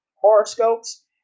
horoscopes